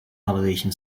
validation